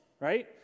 right